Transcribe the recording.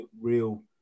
real